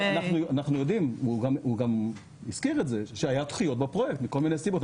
אנחנו יודעים והוא גם הזכיר את זה שהיו דחיות בפרויקט מכל מיני סיבות.